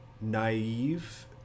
naive